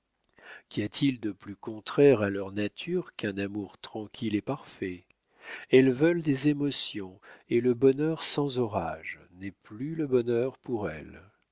qu'y a-t-il de plus contraire à leur nature qu'un amour tranquille et parfait elles veulent des émotions et le bonheur sans orages n'est plus le bonheur pour elles